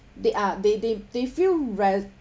they are they they they feel rel~